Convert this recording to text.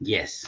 Yes